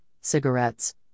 cigarettes